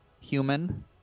human